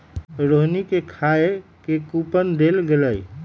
रोहिणी के खाए के कूपन देल गेलई